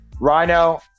Rhino